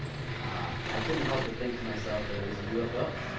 i couldn't help but think to myself that it was a ufo.